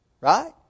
Right